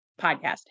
podcast